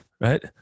right